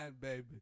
baby